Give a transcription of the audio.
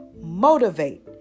motivate